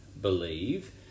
believe